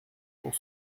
pour